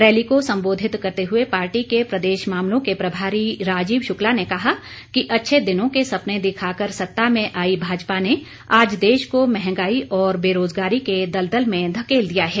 rally को संबोधित करते हुए पार्टी के प्रदेश मामलों के प्रभारी राजीव शुक्ला ने कहा कि अच्छे दिनों के सपने दिखाकर सत्ता में आई भाजपा ने आज देश को महंगाई और बेरोजगारी के दलदल में धकेल दिया है